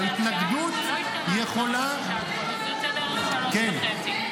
ההתנגדות יכולה ------ כן.